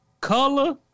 color